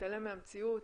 מתעלם מהמציאות,